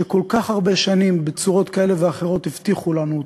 וכל כך הרבה שנים בצורות כאלה ואחרות הבטיחו לנו אותו,